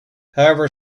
however